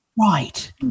right